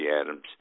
Adams